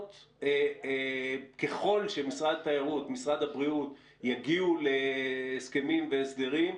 אם משרד התיירות ומשרד הבריאות יגיעו להסכמים והסדרים,